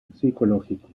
psicológico